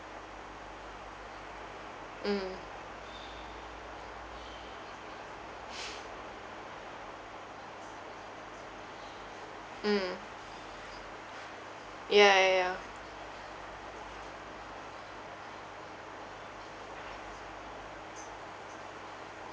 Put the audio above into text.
mm mm ya ya ya